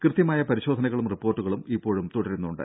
കൃത്യമായ പരിശോധനകളും റിപ്പോർട്ടുകളും ഇപ്പോഴും തുടരുന്നുണ്ട്